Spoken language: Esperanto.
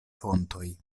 fontoj